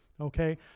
Okay